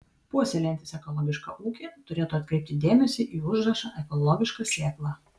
puoselėjantys ekologišką ūkį turėtų atkreipti dėmesį į užrašą ekologiška sėkla